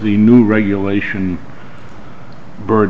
the new regulation bird